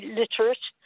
literate